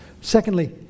Secondly